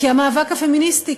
כי המאבק הפמיניסטי,